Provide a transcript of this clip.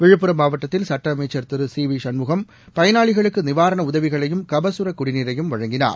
விழுப்புரம் மாவட்டத்தில் சட்ட அமைச்சர் திரு சி வி சண்முகம் பயனாளிகளுக்கு நிவாரண உதவிகளையும் கபசுர குடிநீரையும் வழங்கினார்